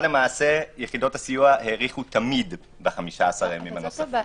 למעשה יחידות הסיוע האריכו תמיד ב-15 ימים נוספים.